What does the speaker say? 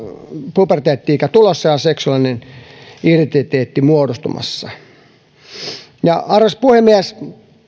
puberteetti ikä tulossa ja seksuaalinen identiteetti muodostumassa arvoisa puhemies